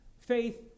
faith